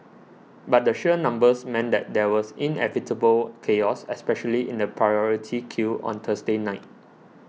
but the sheer numbers meant that there was inevitable chaos especially in the priority queue on Thursday night